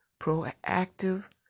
proactive